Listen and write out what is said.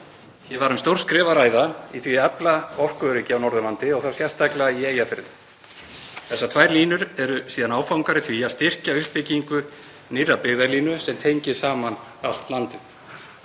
Hér var um stórt skref að ræða í því að efla orkuöryggi á Norðurlandi og þá sérstaklega í Eyjafirði. Þessar tvær línur eru síðan áfangar í því að styrkja uppbyggingu nýrrar byggðalínu sem tengir saman allt landið.